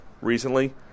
recently